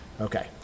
Okay